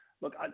look